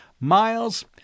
Miles